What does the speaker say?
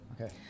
Okay